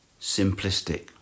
simplistic